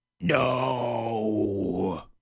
No